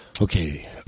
Okay